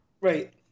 Right